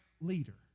leader